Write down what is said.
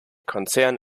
konzern